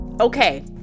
Okay